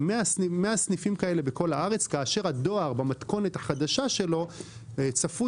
100 סניפים כאלה בכל הארץ כאשר הדואר במתכונת החדשה שלו צפוי